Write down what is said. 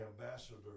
ambassador